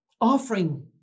offering